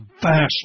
vastly